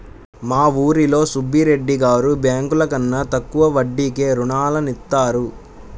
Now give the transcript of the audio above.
మా ఊరిలో సుబ్బిరెడ్డి గారు బ్యేంకుల కన్నా తక్కువ వడ్డీకే రుణాలనిత్తారు